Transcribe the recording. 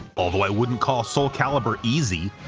although i wouldn't call soul calibur easy